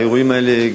האירועים האלה,